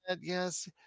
Yes